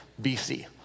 BC